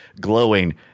glowing